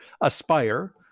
aspire